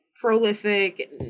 prolific